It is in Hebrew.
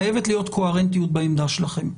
חייבת להיות קוהרנטיות בעמדה שלכם.